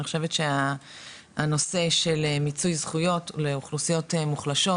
אני חושבת שהנושא של מיצוי זכויות לאוכלוסיות חלשות,